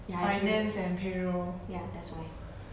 finance and payroll